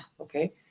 Okay